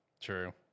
True